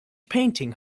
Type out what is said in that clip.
painting